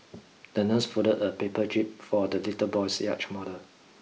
the nurse folded a paper jib for the little boy's yacht model